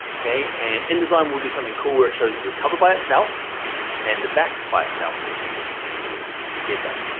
okay? and indesign will do something cool where it shows you a cover by itself and the back by itself, but these two pages together.